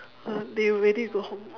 they already go home